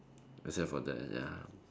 except for that ya